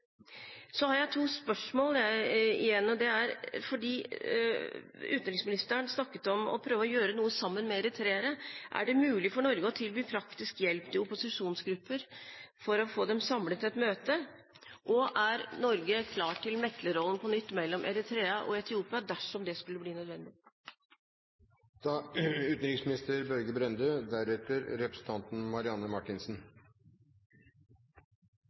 Jeg har to spørsmål. Utenriksministeren snakket om å prøve å gjøre noe sammen med eritreere. Er det mulig for Norge å tilby praktisk hjelp til opposisjonsgrupper for å få samlet dem til et møte? Er Norge på nytt klar for rollen å mekle mellom Eritrea og Etiopia, dersom det skulle bli nødvendig?